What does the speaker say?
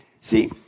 See